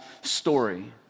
story